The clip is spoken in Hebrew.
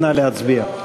נא להצביע.